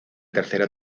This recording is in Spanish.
tercera